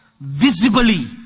visibly